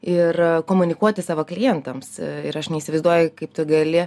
ir komunikuoti savo klientams ir aš neįsivaizduoju kaip tu gali